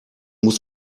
muss